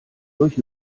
durch